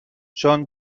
چون